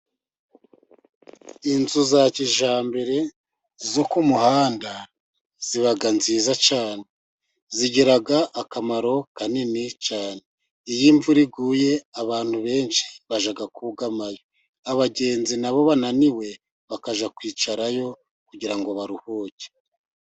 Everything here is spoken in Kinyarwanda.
Inzu za kijyambere zo ku muhanda ziba nziza cyane zigira akamaro kanini cyane, iyo imvura iguye abantu benshi bajya kugama, abagenzi na bo bananiwe bakajya kwicarayo kugira ngo baruhuke.